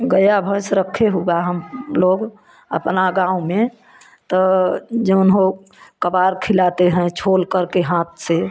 गैया भैंस रखे हुआ हम लोग अपना गाँव में तो जऊन हो कबार खिलाते हैं छोल कर के हाथ से